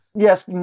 Yes